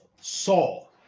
Saul